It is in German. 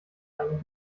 einen